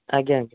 ଆଜ୍ଞା ଆଜ୍ଞା